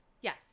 Yes